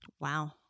Wow